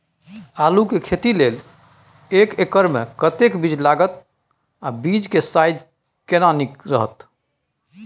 आलू के खेती लेल एक एकर मे कतेक बीज लागत आ बीज के साइज केना नीक रहत?